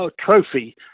trophy